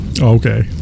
Okay